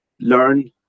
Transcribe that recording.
learn